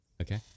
Okay